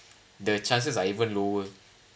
the chances are even lower